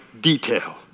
detail